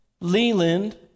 Leland